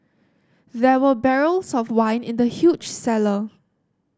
there were barrels of wine in the huge cellar